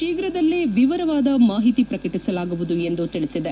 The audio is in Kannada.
ಶೀಘ್ರದಲ್ಲೇ ವಿವರವಾದ ಮಾಹಿತಿ ಪ್ರಕಟಿಸಲಾಗುವುದು ಎಂದು ತಿಳಿಸಿದೆ